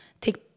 take